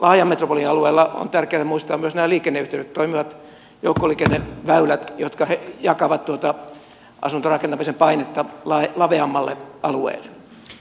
tällä laajan metropolin alueella on tärkeätä muistaa myös nämä liikenneyhteydet toimivat joukkoliikenneväylät jotka jakavat tuota asuntorakentamisen painetta laveammalle alueelle